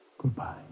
Goodbye